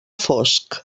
fosc